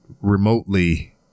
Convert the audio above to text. remotely